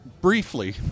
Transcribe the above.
briefly